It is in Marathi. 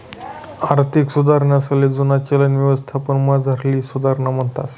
आर्थिक सुधारणासले जुना चलन यवस्थामझारली सुधारणा म्हणतंस